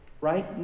Right